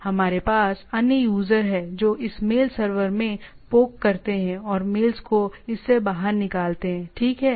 और हमारे पास अन्य यूजर हैं जो इस मेल सर्वर में पोक करते हैं और मेल्स को इससे बाहर निकालते हैं ठीक है